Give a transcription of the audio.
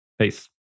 Peace